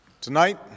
Tonight